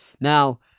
Now